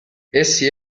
essi